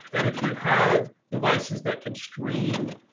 and if you have devices that can stream,